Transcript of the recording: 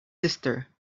sister